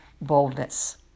boldness